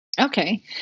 Okay